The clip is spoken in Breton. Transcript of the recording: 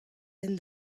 aen